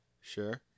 sure